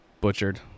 butchered